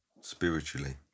spiritually